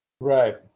Right